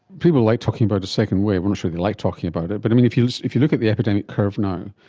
people like talking about a second wave, i'm not sure they like talking about it, but if you if you look at the epidemic curve now,